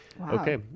Okay